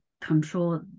control